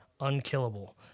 unkillable